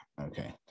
Okay